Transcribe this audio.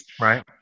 Right